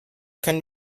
können